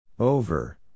Over